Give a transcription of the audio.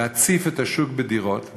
להציף את השוק בדירות.